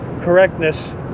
correctness